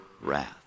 wrath